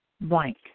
blank